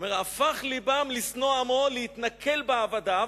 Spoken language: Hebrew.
ואומר: הפך לבם לשנוא עמו, להתנכל בעבדיו,